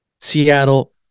Seattle